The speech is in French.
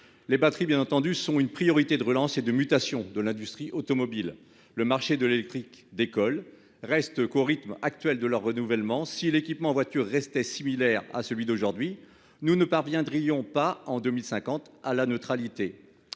Les batteries bien entendu sont une priorité de relance et de mutations de l'industrie automobile. Le marché de l'électrique d'école. Reste qu'au rythme actuel de leur renouvellement si l'équipement voiture restaient similaire à celui d'aujourd'hui nous ne parvient Drillon pas en 2050 à la neutralité.